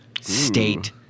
state